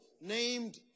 named